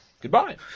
Goodbye